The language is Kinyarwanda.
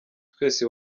twese